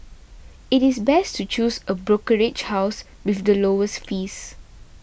it is best to choose a brokerage house with the lowest fees